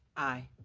aye.